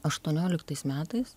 aštuonioliktaisiais metais